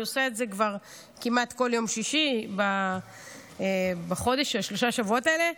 אני עושה את זה כבר כמעט כל יום שישי בשלושת השבועות האלה.